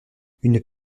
une